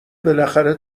بالاخره